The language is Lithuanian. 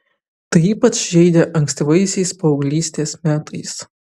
tai ypač žeidė ankstyvaisiais paauglystės metais